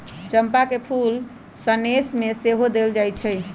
चंपा के फूल सनेश में सेहो देल जाइ छइ